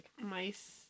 Mice